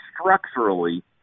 structurally